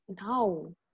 no